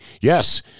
yes